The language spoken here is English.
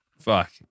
Fuck